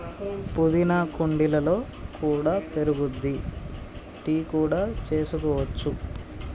పుదీనా కుండీలలో కూడా పెరుగుద్ది, టీ కూడా చేసుకోవచ్చు